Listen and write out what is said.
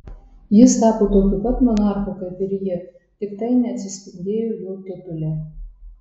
jis tapo tokiu pat monarchu kaip ir ji tik tai neatsispindėjo jo titule